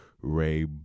Ray